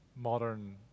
modern